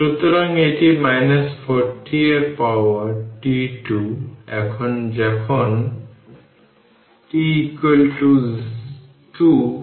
সুতরাং এই আরেকটি উদাহরণ হল চিত্র 14 এ দেখানো সার্কিটের প্রতিটি ক্যাপাসিটর জুড়ে ভোল্টেজ নির্ধারণ করা